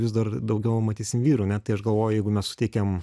vis dar daugiau matysim vyrų ne tai aš galvoju jeigu mes suteikiam